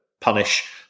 punish